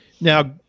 Now